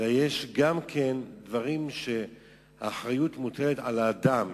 אלא יש גם דברים שהאחריות מוטלת על האדם